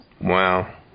Wow